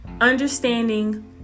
Understanding